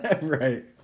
Right